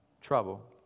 trouble